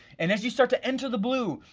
and as you start to enter the blue,